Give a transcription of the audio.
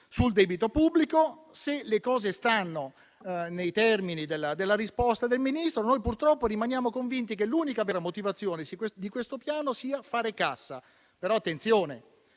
sul debito pubblico. Se le cose stanno nei termini della risposta del Ministro, purtroppo rimaniamo convinti che l'unica vera motivazione di questo piano sia fare cassa. Attenzione,